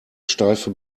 steife